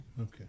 Okay